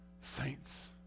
saints